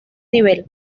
nivel